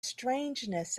strangeness